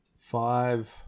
five